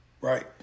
right